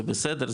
זה בסדר,